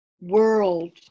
world